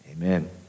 Amen